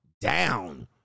down